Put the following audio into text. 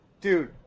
Dude